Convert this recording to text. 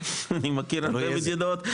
אני מכיר הרבה מדינות..